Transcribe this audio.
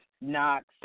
Knox